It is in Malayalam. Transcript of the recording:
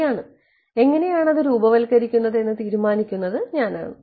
ശരിയാണ് എങ്ങനെയാണ് അത് രൂപവത്കരിക്കുന്നതെന്ന് തീരുമാനിക്കുന്നത് ഞാനാണ്